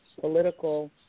political